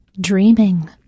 dreaming